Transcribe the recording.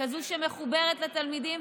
כזאת שמחוברת לתלמידים,